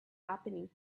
happening